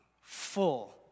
full